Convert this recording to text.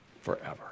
forever